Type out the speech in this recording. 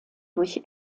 durch